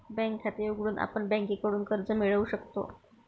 bank खाते उघडून आपण बँकेकडून कर्ज मिळवू शकतो